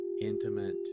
intimate